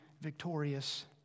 victorious